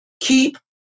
keep